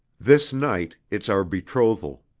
this night, it's our betrothal,